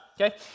okay